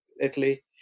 Italy